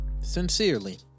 Sincerely